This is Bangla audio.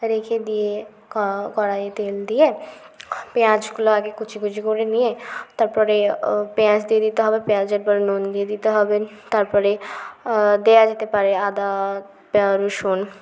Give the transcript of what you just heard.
রেখে দিয়ে কড়াইয়ে তেল দিয়ে পেঁয়াজগুলো আগে কুচি কুচি করে নিয়ে তারপরে পেঁয়াজ দিয়ে দিতে হবে পেঁয়াজের পর নুন দিয়ে দিতে হবে তারপরে দেওয়া যেতে পারে আদা রসুন